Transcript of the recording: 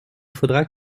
faudra